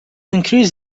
increase